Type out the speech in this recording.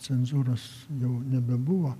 cenzūros jau nebebuvo